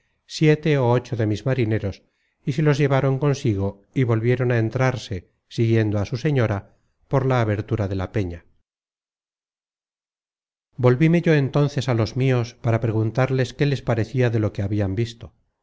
siete ó ocho de mis marineros y se los llevaron consigo y volvieron a entrarse siguiendo á su señora por la abertura de la peña volvíme yo entonces á los mios para preguntarles que les parecia de lo que habian visto